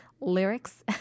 lyrics